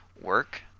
work